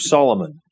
Solomon